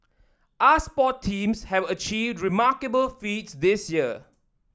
our sport teams have achieved remarkable feats this year